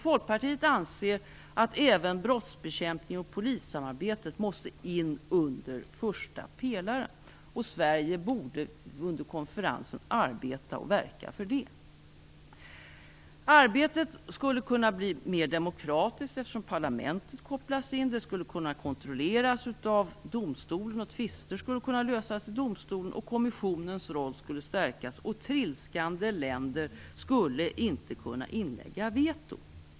Folkpartiet anser att även brottsbekämpningen och polissamarbetet måste in under första pelaren och att Sverige borde arbeta och verka för detta under konferensen. Arbetet skulle kunna bli mer demokratiskt, eftersom parlamentet kopplas in. Det skulle kunna kontrolleras av domstolen, som skulle kunna lösa tvister. Kommissionens roll skulle stärkas, och trilskande länder skulle inte kunna inlägga veto.